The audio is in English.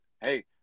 Hey